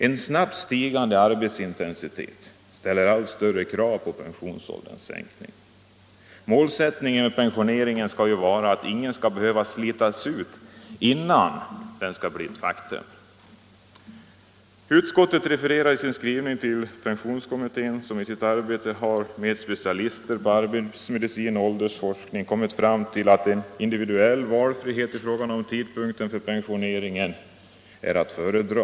En snabbt stigande arbetsintensitet ställer allt större krav på sänkning av pensionsåldern. Målsättningen vid pensioneringen skall vara att ingen skall behöva slitas ut innan pensioneringen blir ett faktum. Utskottet refererar i sin skrivning till pensionskommittén, som i sitt arbete — med specialister på arbetsmedicin och åldersforskning — har kommit fram till att en individuell valfrihet i fråga om tidpunkten för pensioneringen är att föredra.